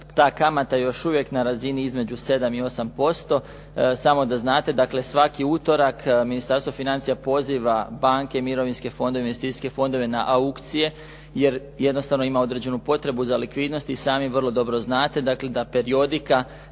ta kamata je još uvijek na razini između 7 i 8%. Samo da znate, svaki utorak Ministarstvo financija poziva banke, mirovinske fondove, investicijske fondove na aukcije jer jednostavno ima određenu potrebu za likvidnosti. I sami vrlo dobro znate, dakle da periodika